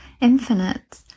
infinite